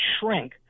shrink